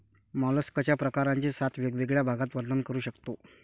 मॉलस्कच्या प्रकारांचे सात वेगवेगळ्या भागात वर्णन करू शकतो